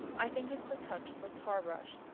i think it's the touch of the tar-brush,